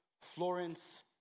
Florence